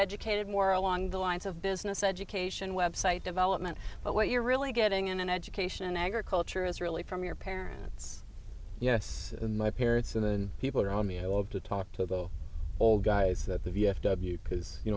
educated more along the lines of business education website development but what you're really getting in an education agriculture is really from your parents yes my parents and then people around me who love to talk to the old guys that the v f w because you